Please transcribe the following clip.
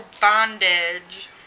bondage